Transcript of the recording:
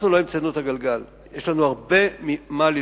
אנחנו לא המצאנו את הגלגל.